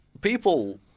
people